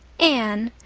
anne,